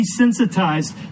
desensitized